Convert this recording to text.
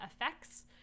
effects